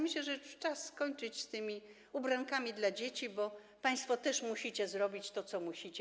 Myślę, że czas skończyć z tymi ubrankami dla dzieci, bo państwo też musicie zrobić to, co musicie.